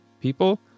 people